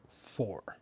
Four